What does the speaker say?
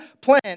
plan